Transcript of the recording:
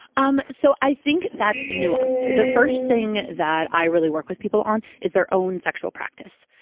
um so i think that's nuanced. the first thing that i really work with people on is their own sexual practice.